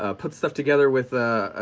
ah puts stuff together with,